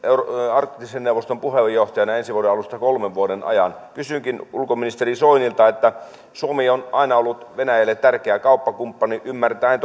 arktisen neuvoston puheenjohtajana ensi vuoden alusta kolmen vuoden ajan kysynkin ulkoministeri soinilta suomi on aina ollut venäjälle tärkeä kauppakumppani ymmärtäen